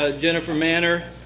ah jennifer manner,